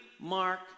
Mark